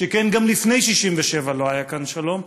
שכן גם לפני 67' לא היה כאן שלום,